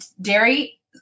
dairy